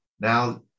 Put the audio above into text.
now